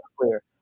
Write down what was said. clear